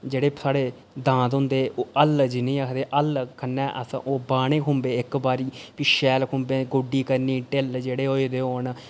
जेह्ड़े साढ़े दांद होंदे ओह् हल्ल जि'नें आखदे हल्ल कन्नै असें ओह् बाह्ने खुम्बे इक बारी फ्ही शैल खुम्बें गोड्डी करनी ढिल्ल जेह्ड़े होए दे होन